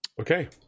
Okay